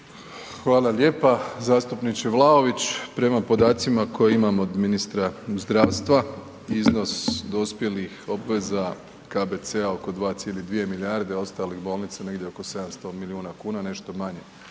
Hvala lijepa, zastupniče Vlaović, prema podacima koje imam od ministra zdravstva iznos dospjelih obveza KBC-a oko 2,2 milijarde, ostalih bolnica negdje oko 700 milijuna kuna, nešto manje